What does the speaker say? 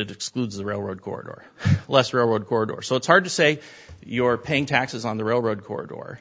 it excludes the railroad court or less railroad court or so it's hard to say your paying taxes on the railroad court or